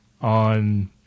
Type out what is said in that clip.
On